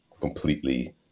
completely